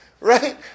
right